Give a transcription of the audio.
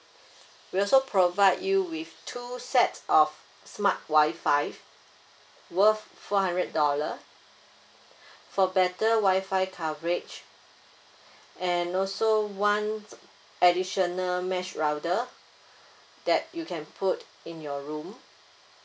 we also provide you with two set of smart Wi-Fi worth four hundred dollar for better Wi-Fi coverage and also one additional mesh router that you can put in your room